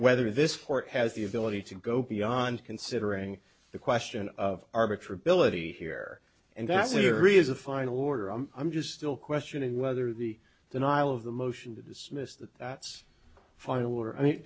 whether this court has the ability to go beyond considering the question of arbitrary ability here and that's it really is a final order i'm i'm just still questioning whether the denial of the motion to dismiss that that's fine or i mean